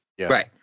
Right